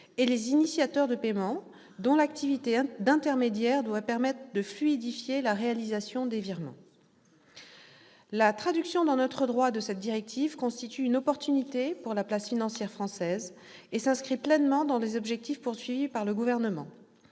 ; les initiateurs de paiement, dont l'activité d'intermédiaire doit permettre de fluidifier la réalisation des virements. La traduction dans notre droit de cette directive constitue une opportunité pour la place financière française et s'inscrit pleinement dans les objectifs poursuivis par le Gouvernement